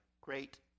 great